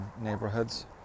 neighborhoods